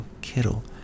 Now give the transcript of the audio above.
kittle